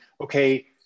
okay